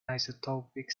isotopic